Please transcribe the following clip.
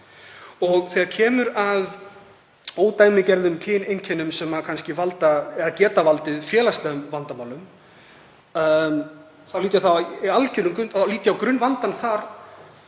Og þegar kemur að ódæmigerðum kyneinkennum sem geta valdið félagslegum vandamálum, lít ég á grunnvandann þar